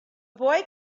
boy